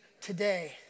today